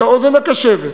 את האוזן הקשבת